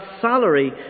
salary